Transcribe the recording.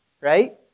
right